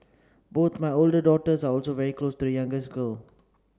both my older daughters are also very close to youngest girl